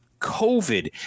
COVID